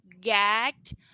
gagged